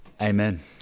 Amen